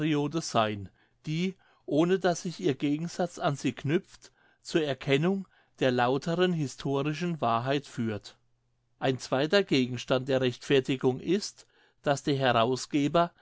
seyn die ohne daß sich ihr gegensatz an sie knüpft zur erkennung der lauteren historischen wahrheit führt ein zweiter gegenstand der rechtfertigung ist daß der herausgeber